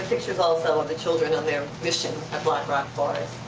pictures, also, of the children on their mission at black rock forest.